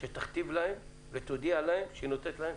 שתכתיב להם ותודיע להם שהיא נותנת להם